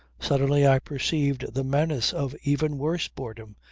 suddenly i perceived the menace of even worse boredom.